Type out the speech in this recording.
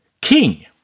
king